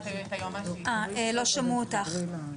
לא שמעו אותך.